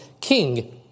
King